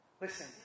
Listen